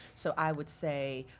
so i would say,